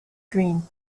green